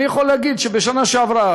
אני יכול להגיד שבשנה שעברה,